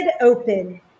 open